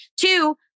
Two